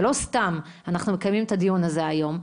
ולא סתם אנחנו מקיימים את הדיון הזה היום.